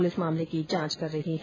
police मामले की जांच कर रही है